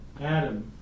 Adam